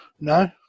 no